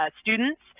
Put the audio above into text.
students